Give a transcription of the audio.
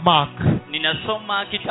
Mark